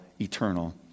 eternal